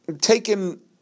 taken